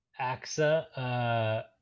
AXA